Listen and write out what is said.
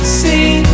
see